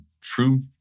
true